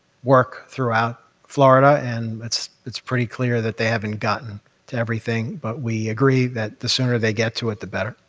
work throughout florida, and it's it's pretty clear that they haven't gotten to everything, but we agree that the sooner they get to it, the better.